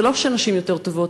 זה לא שנשים יותר טובות,